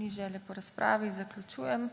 Ni želje po razpravi, zaključujem.